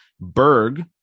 Berg